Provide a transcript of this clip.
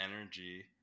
energy